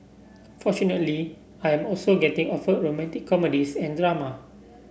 fortunately I am also getting offered romantic comedies and drama